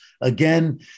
again